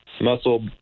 muscle